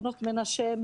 בנות המנשה,